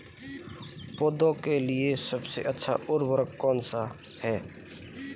पौधों के लिए सबसे अच्छा उर्वरक कौनसा हैं?